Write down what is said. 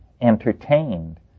entertained